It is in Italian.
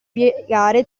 piegare